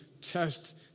test